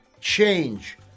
change